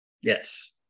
Yes